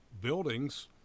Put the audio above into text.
buildings